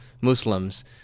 Muslims